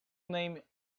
name